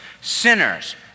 sinners